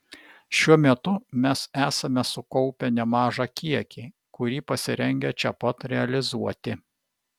šiuo metu mes esame sukaupę nemažą kiekį kurį pasirengę čia pat realizuoti